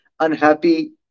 Unhappy